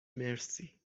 مرسی